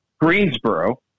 Greensboro